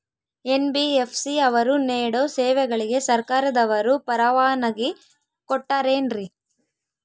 NBFC ಅವರು ನೇಡೋ ಸೇವೆಗಳಿಗೆ ಸರ್ಕಾರದವರು ಪರವಾನಗಿ ಕೊಟ್ಟಾರೇನ್ರಿ?